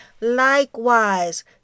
Likewise